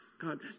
God